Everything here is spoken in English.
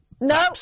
No